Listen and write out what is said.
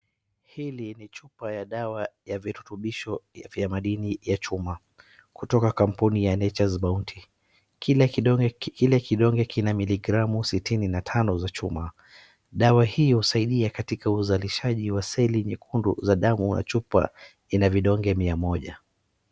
Hili ni chupa ya dawa ya virutumbisho vya madini ya chuma kutoka kampuni ya NATURE'S BOUNTY.Ile kidonge ina miligramu sitini na tano za chuma. Dawa hii husaidia katika uzalishaji wa seli nyekundu za damu na chupa ina vidonge mia moja.